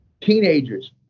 teenagers